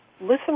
Listen